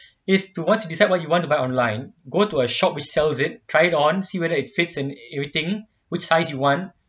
is to once you decide what you want to buy online go to a shop which sells it tried it on see whether it fits and everything which size you want